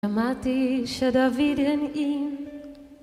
שמעתי שדויד הנעים